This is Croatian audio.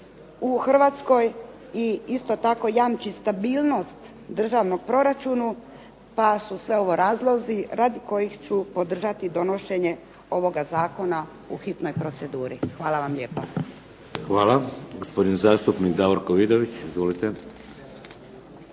u Hrvatskoj i isto tako jamči stabilnost državnog proračuna pa su sve ovo razlozi radi kojih ću podržati donošenje ovoga zakona u hitnoj proceduri. Hvala vam lijepa. **Šeks, Vladimir (HDZ)** Hvala. Gospodin zastupnik Davorko Vidović, izvolite.